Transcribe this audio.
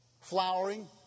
flowering